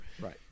right